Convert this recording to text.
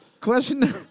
Question